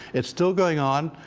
it's still going on.